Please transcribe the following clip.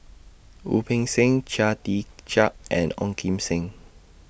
Wu Peng Seng Chia Tee Chiak and Ong Kim Seng